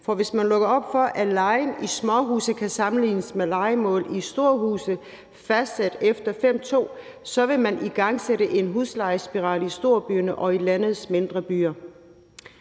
for hvis man lukker op for, at lejen i småhuse kan sammenlignes med lejemål i store huse fastsat efter 5.2, vil man igangsætte en huslejespiral i storbyerne og i landets mindre byer.